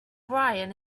brian